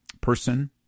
person